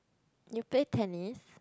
you play tennis